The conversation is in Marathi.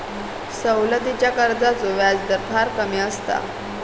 सवलतीच्या कर्जाचो व्याजदर फार कमी असता